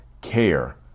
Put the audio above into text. care